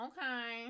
Okay